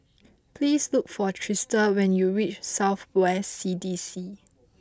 please look for Trista when you reach South West C D C